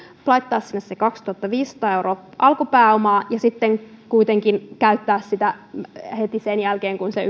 laittaa sinne kaksituhattaviisisataa euroa alkupääomaa ja sitten kuitenkin käyttää sitä heti sen jälkeen kun se